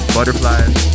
Butterflies